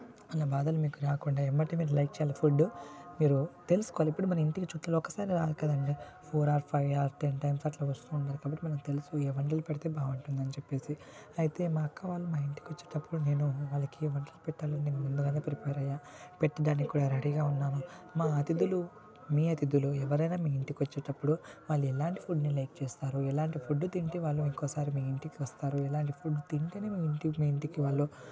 అలాంటి బాధలు మీకు రాకుండా ఎంబటే మీకు లైక్ చేయాలి ఫుడ్ మీరు తెలుసుకోవాలి ఇప్పుడు మన ఇంటికి చుట్టాలు ఒక్కసారే రారు కదండీ four or five or ten times ఇట్లా వస్తుంటారు కాబట్టి మనకి తెలుసు ఏం పెడితే బాగుంటుంది అని చెప్పేసి అయితే మా అక్క వాళ్ళు మా ఇంటికి వచ్చేటప్పుడు నేను వాళ్ళకి ఏం వండి పెట్టాలని ముందుగానే ప్రిపేర్ అయ్యా పెట్టే దానికి కూడా రెడీగా ఉన్నాను మా అతిథులు మీ అతిథులు ఎవరైనా మీ ఇంటికి వచ్చేటప్పుడు వారు ఎలాంటి ఫుడ్ని లైక్ చేస్తారు ఎలాంటి ఫుడ్ తింటే వాళ్ళు ఇంకోసారి వాళ్ళు మీ ఇంటికి వస్తారు ఎలాంటి ఫుడ్ తింటేనే మీ ఇంటికి వాళ్ళు